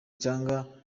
cyangwa